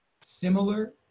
similar